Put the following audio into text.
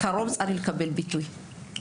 תקבל ביטוי כבר בתקציב הקרוב.